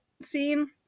scene